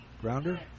Grounder